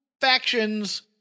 factions